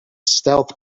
stealth